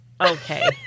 okay